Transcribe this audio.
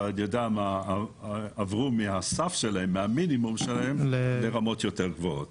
עברו מהמינימום שלהן לרמות יותר גבוהות.